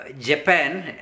Japan